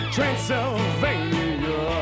Transylvania